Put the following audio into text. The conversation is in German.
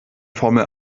formel